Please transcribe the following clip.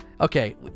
okay